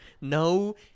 No